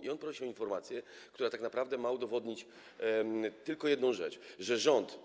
Prosi on o udzielenie informacji, która tak naprawdę ma udowodnić tylko jedną rzecz: że rząd